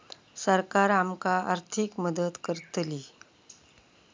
सरकार आमका आर्थिक मदत करतली?